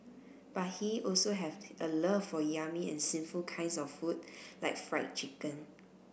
but he also have a love for yummy and sinful kinds of food like Fried Chicken